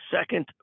Second